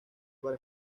para